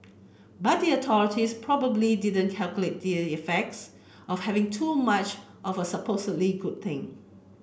but the authorities probably didn't calculate the effects of having too much of a supposedly good thing